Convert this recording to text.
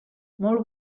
molt